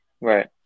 Right